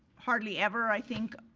hardly ever i think.